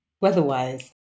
weather-wise